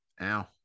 Ow